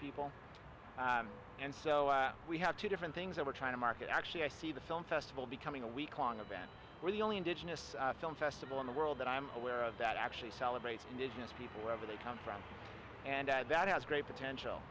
people and so we have two different things that we're trying to market actually i see the film festival becoming a weeklong event really only indigenous film festival in the world that i'm aware of that actually celebrates indigenous people wherever they come from and that has great potential